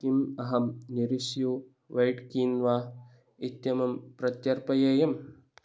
किम् अहं नेरिशि यू वैट् कीन्वा इत्यमं प्रत्यर्पयेयम्